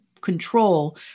control